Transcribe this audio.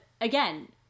again